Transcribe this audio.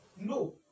No